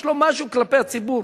יש לו משהו כלפי נשים.